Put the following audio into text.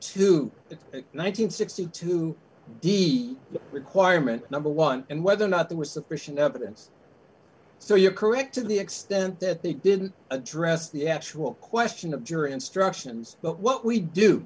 and sixty two d requirement number one and whether or not there was sufficient evidence so you're correct to the extent that they didn't address the actual question of jury instructions but what we do